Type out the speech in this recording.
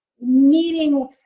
meeting